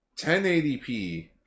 1080p